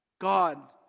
god